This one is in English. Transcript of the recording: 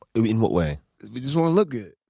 in what way? they just want to look good.